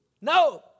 No